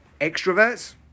extroverts